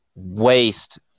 waste